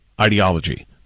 ideology